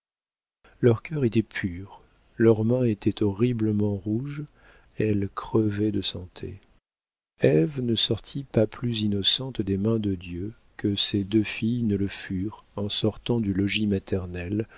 leurs cœurs étaient purs leurs mains étaient horriblement rouges elles crevaient de santé ève ne sortit pas plus innocente des mains de dieu que ces deux filles ne le furent en sortant du logis maternel